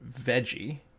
veggie